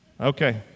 okay